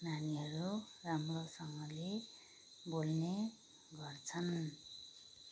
नानीहरू राम्रोसँगले बोल्ने गर्छन्